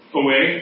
away